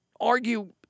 argue